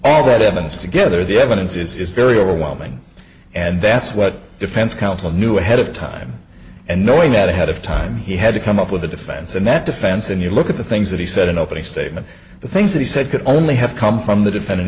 all that evidence together the evidence is very overwhelming and that's what defense counsel knew ahead of time and knowing that ahead of time he had to come up with a defense and that defense and you look at the things that he said in opening statement the things that he said could only have come from the defendant